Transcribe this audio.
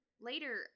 later